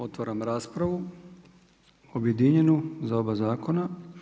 Otvaram raspravu objedinjenu za oba zakona.